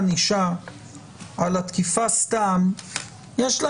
הענישה המרבית בלי ענישת מינימום ובמקרה של תקיפה שיש בה